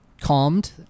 Calmed